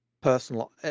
personal